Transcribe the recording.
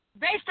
Based